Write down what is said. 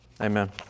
Amen